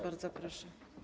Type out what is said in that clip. Bardzo proszę.